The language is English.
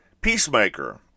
Peacemaker